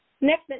Next